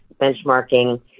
benchmarking